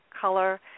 color